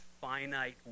finite